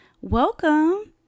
welcome